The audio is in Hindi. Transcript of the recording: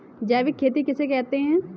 जैविक खेती किसे कहते हैं?